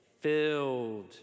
filled